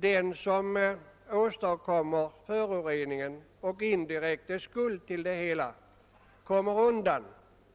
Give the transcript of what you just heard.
Den som åstadkommer föroreningen och indirekt är skuld till det hela kommer undan